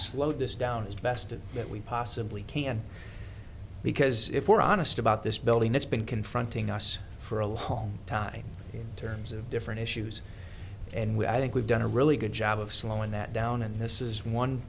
slowed this down as best and yet we possibly can because if we're honest about this building that's been confronting us for a long time terms of different issues and we i think we've done a really good job of slowing that down and this is one